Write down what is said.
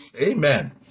Amen